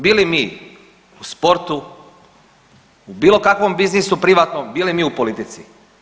Bili mi u sportu, u bilo kakvom biznisu privatnom, bili mi u politici.